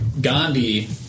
Gandhi